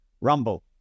Rumble